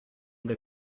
the